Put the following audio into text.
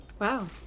Wow